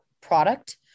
product